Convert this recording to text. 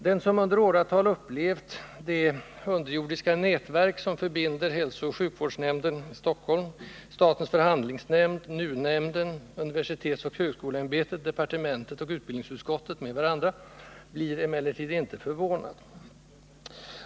Den som under åratal upplevt det underjordiska nätverk som förbinder hälsooch sjukvårdsnämnden i Stockholm, statens förhandlingsnämnd, NUU-nämnden, universitetsoch högskoleämbetet, departementet och utbildningsutskottet med varandra blir emellertid inte förvånad.